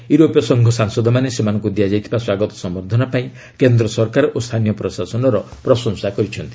ୟୁରୋପୀୟ ସଂଘ ସାଂସଦମାନେ ସେମାନଙ୍କୁ ଦିଆଯାଇଥିବା ସ୍ୱାଗତ ସମ୍ଭର୍ଦ୍ଧନା ପାଇଁ କେନ୍ଦ୍ର ସରକାର ଓ ସ୍ଥାନୀୟ ପ୍ରଶାସନର ପ୍ରଶଂସା କରିଛନ୍ତି